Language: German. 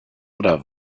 oder